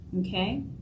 Okay